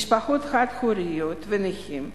משפחות חד-הוריות ונכים.